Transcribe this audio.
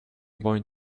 going